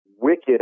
wicked